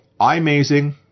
iMazing